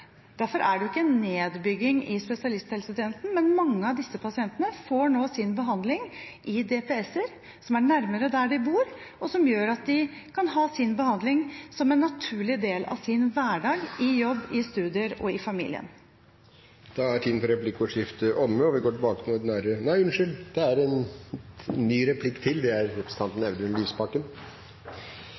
Derfor er det ikke en nedbygging i spesialisthelsetjenesten, men mange av disse pasientene får nå sin behandling i DPS-er som er nærmere der de bor, og som gjør at de kan få sin behandling som en naturlig del av sin hverdag, i jobb, i studier og i familien. Vi har kunnet lese i innstillingen at regjeringspartienes representanter viser til regjeringens utredning av lovfestet rett til heldøgns pleie og omsorg. Det er en utredning mange har stusset litt over, både fordi det er